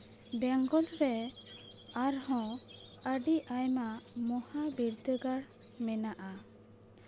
ᱵᱮᱝᱜᱚᱞ ᱨᱮ ᱟᱨᱦᱚᱸ ᱟᱹᱰᱤ ᱟᱭᱢᱟ ᱢᱚᱦᱟ ᱵᱤᱨᱫᱟᱹᱜᱟᱲ ᱢᱮᱱᱟᱜᱼᱟ